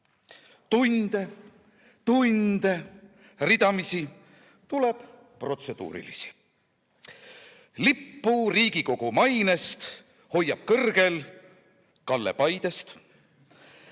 Tunde, tunde, ridamisi tuleb protseduurilisi. Lippu Riigikogu mainest hoiab kõrgel Kalle Paidest.